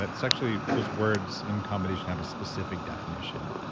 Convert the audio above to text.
it's actually those words in combination have a specific definition.